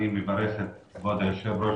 אני מברך את כבוד היושב-ראש,